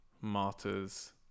Martyrs